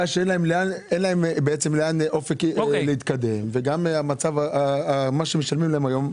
אין להם אופק להתקדמות וגם מה שמשלמים להם עכשיו,